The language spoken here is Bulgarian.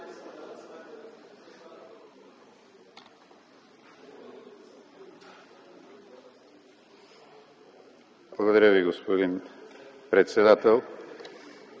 Благодаря, господин председател.